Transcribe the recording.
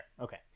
okay